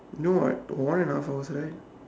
no what got one and a half hours right